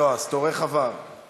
לא, אז תורך עבר.